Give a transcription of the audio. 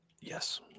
Yes